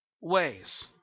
ways